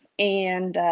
and